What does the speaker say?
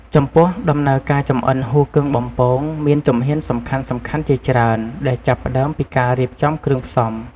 ចំពោះ ដំណើរការចម្អិនហ៊ូគឹងបំពងមានជំហានសំខាន់ៗជាច្រើន ដែលចាប់ផ្ដើមពីការរៀបចំគ្រឿងផ្សំ។